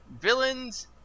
villains